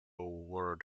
word